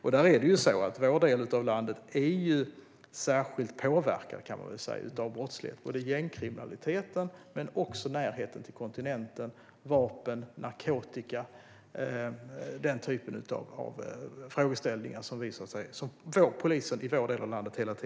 Och man kan väl säga att vår del av landet är särskilt påverkad av gängkriminaliteten, närheten till kontinenten, vapen och narkotika med de problem som poliser där hela tiden möter.